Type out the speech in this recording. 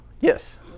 Yes